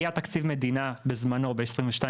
היה תקציב מדינה בזמננו ,ב-2022,